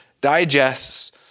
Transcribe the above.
digests